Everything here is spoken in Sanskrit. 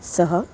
सः